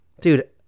Dude